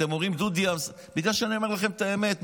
אתם אומרים "דודי אמסלם" בגלל שאני אומר לכם את האמת.